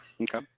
Okay